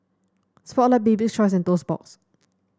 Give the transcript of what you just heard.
Spotlight Bibik's Choice and Toast Box